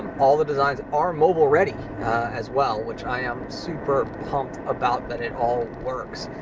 all the designs are mobile-ready as well, which i am super pumped about that it all works.